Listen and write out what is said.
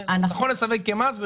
שנכון לסווג את זה כמס.